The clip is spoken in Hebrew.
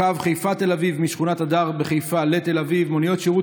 קו מחיפה לתל אביב משכונת הדר בחיפה לתל אביב,